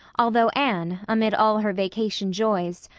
although anne, amid all her vacation joys,